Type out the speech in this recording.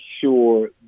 sure